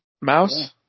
Mouse